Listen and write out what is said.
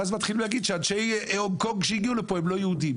ואז מתחילים להגיד שאנשי הונג-קונג שהגיעו לפה הם לא יהודים.